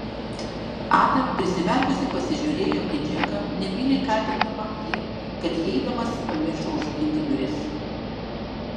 ada prisimerkusi pasižiūrėjo į džeką nebyliai kaltindama jį kad įeidamas pamiršo užrakinti duris